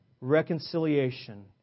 reconciliation